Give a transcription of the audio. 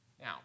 Now